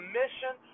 mission